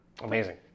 Amazing